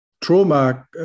trauma